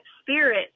spirit